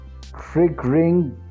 triggering